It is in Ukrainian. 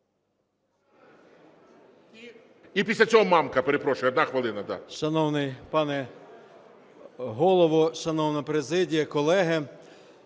І після цього Мамка, перепрошую, 1 хвилина.